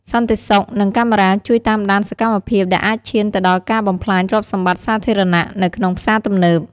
សន្តិសុខ និងកាមេរ៉ាជួយតាមដានសកម្មភាពដែលអាចឈានទៅដល់ការបំផ្លាញទ្រព្យសម្បត្តិសាធារណៈនៅក្នុងផ្សារទំនើប។